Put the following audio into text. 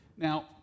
Now